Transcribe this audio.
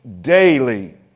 daily